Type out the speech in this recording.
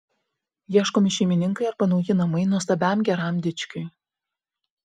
ieškomi šeimininkai arba nauji namai nuostabiam geram dičkiui